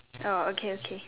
oh okay okay